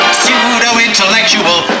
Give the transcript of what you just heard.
Pseudo-intellectual